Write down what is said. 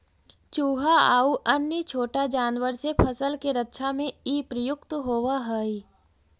चुहा आउ अन्य छोटा जानवर से फसल के रक्षा में इ प्रयुक्त होवऽ हई